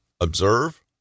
Observe